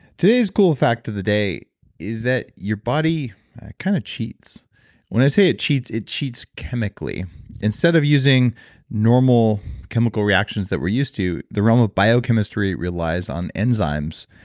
today's cool fact of the day is that your body kind of cheats when i say it cheats, it cheats chemically instead of using normal chemical reactions that we're used to, the realm of biochemistry relies on enzymes,